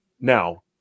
Now